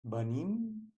venim